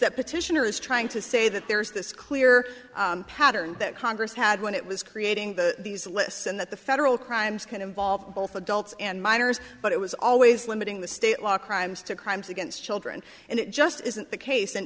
that petitioner is trying to say that there's this clear pattern that congress had when it was creating the these lists and that the federal crimes can involve both adults and minors but it was always limiting the state law crimes to crimes against children and it just isn't the case and